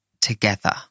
together